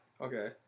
Okay